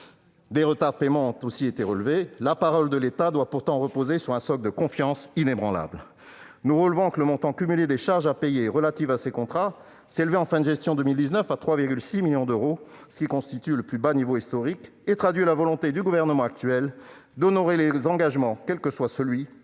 Des retards de paiement ont aussi été relevés. La parole de l'État doit pourtant reposer sur un socle de confiance inébranlable. Nous relevons que le montant cumulé des charges à payer relatives à ces contrats s'élevait, en fin de gestion 2019, à 3,6 millions d'euros, ce qui constitue le plus bas niveau historique et traduit la volonté de ce gouvernement d'honorer les engagements de l'État, quel que soit celui